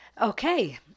Okay